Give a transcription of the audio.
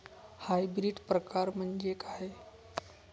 Hybrid प्रकार म्हणजे काय?